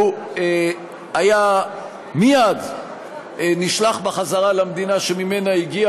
הוא היה מייד נשלח בחזרה למדינה שממנה הגיע